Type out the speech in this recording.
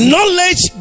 Knowledge